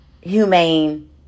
humane